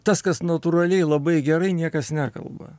tas kas natūraliai labai gerai niekas nekalba